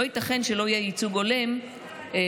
לא ייתכן שלא יהיה ייצוג הולם לנשים,